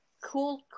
Cool